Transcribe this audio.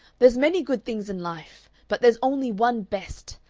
there's many good things in life, but there's only one best,